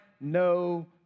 no